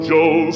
Joe